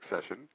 session